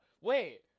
Wait